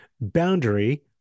boundary